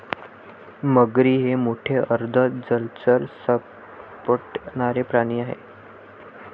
मगरी हे मोठे अर्ध जलचर सरपटणारे प्राणी आहेत